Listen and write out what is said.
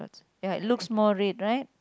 ya looks more red right